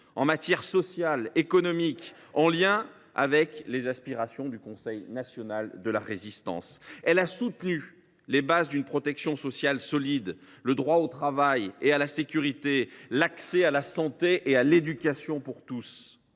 en matière sociale et économique, en lien avec les aspirations du Conseil national de la Résistance. Elle a soutenu les bases d’une protection sociale solide, le droit au travail et à la sécurité, l’accès à la santé et à l’éducation pour tous.